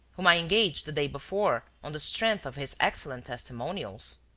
whom i engaged the day before on the strength of his excellent testimonials.